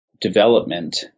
development